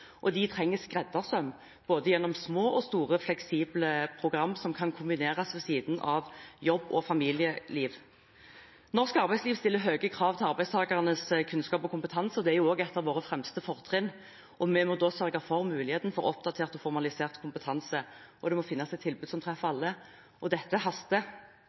og de trenger skreddersøm gjennom både små og store fleksible program som kan kombineres med jobb og familieliv. Norsk arbeidsliv stiller høye krav til arbeidstakernes kunnskap og kompetanse. Det er også et av våre fremste fortrinn. Vi må da sørge for muligheten for oppdatert og formalisert kompetanse, og det må finnes et tilbud som treffer alle. Det haster, også i universitets- og